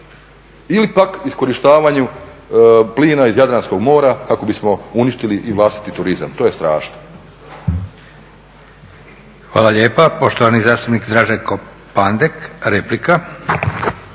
ili pak iskorištavanju plina iz Jadranskog mora kako bismo uništili i vlastiti turizam. To je strašno.